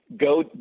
go